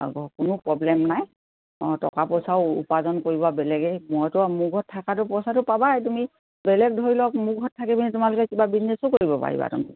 আকৌ কোনো প্ৰব্লেম নাই অঁ টকা পইচাও উপাৰ্জন কৰিবা বেলেগেই মইতো মোৰ ঘৰত থাকাটো পইচাটো পাবাই তুমি বেলেগ ধৰি লওক মোৰ ঘৰত থিকে পিনি তোমালোকে কিবা বিজনেছো কৰিব পাৰিবা একদম